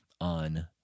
on